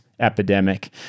Epidemic